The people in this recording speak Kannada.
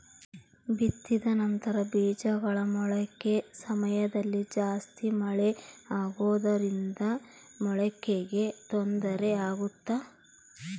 ಬಿತ್ತಿದ ನಂತರ ಬೇಜಗಳ ಮೊಳಕೆ ಸಮಯದಲ್ಲಿ ಜಾಸ್ತಿ ಮಳೆ ಆಗುವುದರಿಂದ ಮೊಳಕೆಗೆ ತೊಂದರೆ ಆಗುತ್ತಾ?